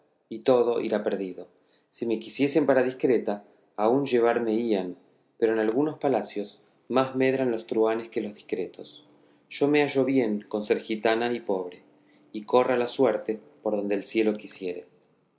y todo irá perdido si me quisiesen para discreta aún llevarme hían pero en algunos palacios más medran los truhanes que los discretos yo me hallo bien con ser gitana y pobre y corra la suerte por donde el cielo quisiere